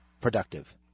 productive